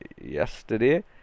Yesterday